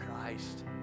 Christ